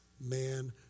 man